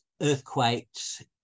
earthquakes